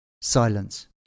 Silence